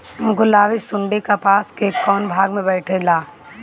गुलाबी सुंडी कपास के कौने भाग में बैठे ला?